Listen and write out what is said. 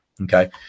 Okay